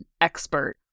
expert